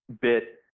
bit